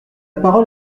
parole